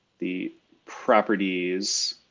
the properties.